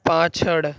પાછળ